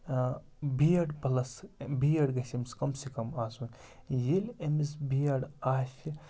B Ed plus B Ed گَژھِ أمِس کَم سے کَم آسُن ییٚلہِ أمِس بی ایڈ آسہِ